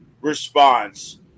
response